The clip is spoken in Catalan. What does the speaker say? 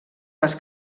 les